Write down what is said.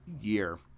year